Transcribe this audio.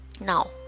now